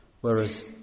Whereas